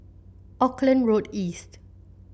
Auckland Road East